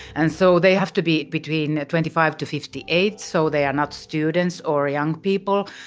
and so they have to be between twenty five to fifty eight. so they are not students or young people,